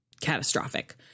catastrophic